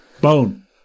Bone